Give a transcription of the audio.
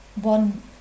One